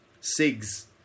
Cigs